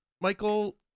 Michael